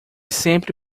sempre